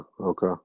okay